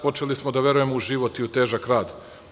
Počeli smo da verujemo u život i u težak rad.